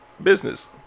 business